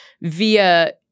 via